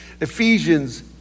Ephesians